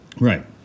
Right